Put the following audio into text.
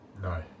No